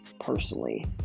personally